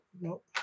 Nope